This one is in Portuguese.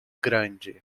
grande